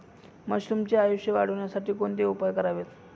मशरुमचे आयुष्य वाढवण्यासाठी कोणते उपाय करावेत?